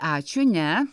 ačiū ne